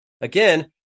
again